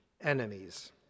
enemies